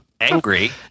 Angry